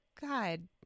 God